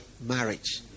marriage